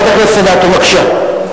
חברת הכנסת אדטו, בבקשה.